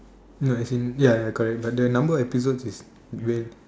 no as in ya correct but the number of episodes is very